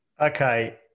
Okay